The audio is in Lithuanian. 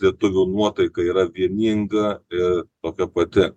lietuvių nuotaika yra vieninga ir tokia pati